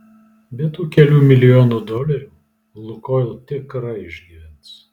be tų kelių milijonų dolerių lukoil tikrai išgyvens